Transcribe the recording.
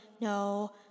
no